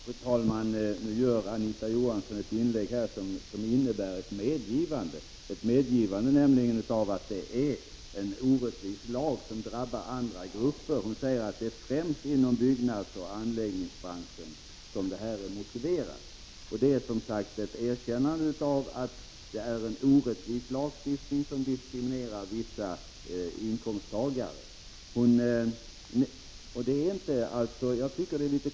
Fru talman! Nu gjorde Anita Johansson ett inlägg, som innebär ett medgivande, nämligen att det är en orättvis lag som drabbar andra grupper. Hon sade att lagen är motiverad främst med tanke på byggnadsoch anläggningsbranschen. Detta innebär som sagt ett erkännande av att det rör sig om en orättvis lagstiftning, som diskriminerar vissa inkomsttagare.